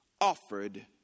offered